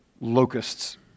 locusts